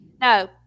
No